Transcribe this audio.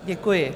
Děkuji.